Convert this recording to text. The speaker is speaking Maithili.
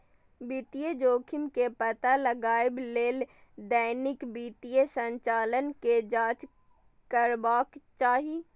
वित्तीय जोखिम के पता लगबै लेल दैनिक वित्तीय संचालन के जांच करबाक चाही